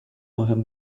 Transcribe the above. مهم